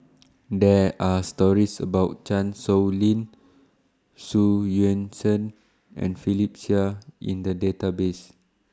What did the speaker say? There Are stories about Chan Sow Lin Xu Yuan Zhen and Philip Chia in The Database